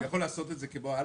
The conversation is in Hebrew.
הוא יכול לעשות את זה כמו אלכס?